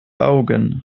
augen